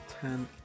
ten